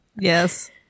yes